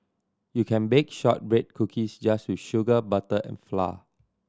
you can bake shortbread cookies just with sugar butter and flour